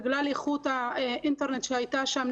בגלל איכות האינטרנט שהייתה שם,